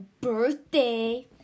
birthday